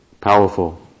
powerful